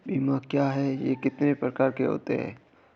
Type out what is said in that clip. बीमा क्या है यह कितने प्रकार के होते हैं?